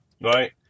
Right